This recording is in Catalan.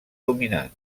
dominant